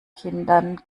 kindern